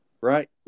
Right